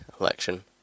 election